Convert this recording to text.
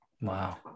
Wow